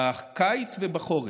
בקיץ ובחורף,